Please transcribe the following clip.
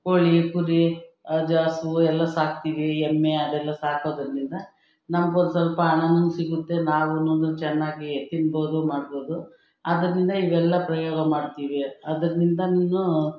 ಕೋಳಿ ಕುರಿ ಜ ಹಸು ಎಲ್ಲ ಸಾಕ್ತೀವಿ ಎಮ್ಮೆ ಅದೆಲ್ಲ ಸಾಕೋದ್ರಿಂದ ನಮ್ಗೊಂದು ಸ್ವಲ್ಪ ಹಣ ಸಿಗುತ್ತೆ ನಾವು ಚೆನ್ನಾಗಿ ತಿನ್ಬೋದು ಮಾಡ್ಬೋದು ಅದರಿಂದ ಇವೆಲ್ಲ ಪ್ರಯೋಗ ಮಾಡ್ತೀವಿ ಅದರಿಂದ ನೀನು